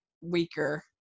weaker